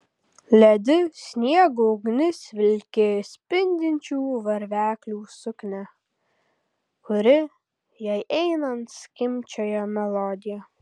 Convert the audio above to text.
ledi sniego ugnis vilkėjo spindinčių varveklių suknią kuri jai einant skimbčiojo melodiją